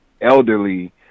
elderly